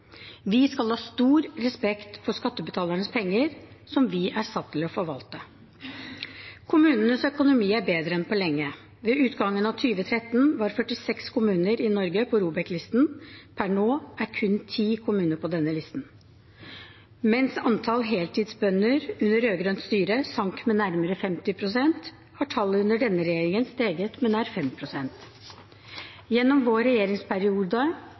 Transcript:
Vi skal ha stor respekt for skattebetalernes penger, som vi er satt til å forvalte. Kommunenes økonomi er bedre enn på lenge. Ved utgangen av 2013 var 46 kommuner i Norge på ROBEK-listen. Per nå er kun 10 kommuner på denne listen. Mens antall heltidsbønder under rød-grønt styre sank med nærmere 50 pst., har tallet under denne regjeringen steget med nær 5 pst. I vår regjeringsperiode